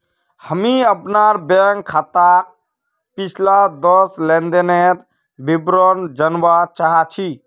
हामी अपनार बैंक खाताक पिछला दस लेनदनेर विवरण जनवा चाह छि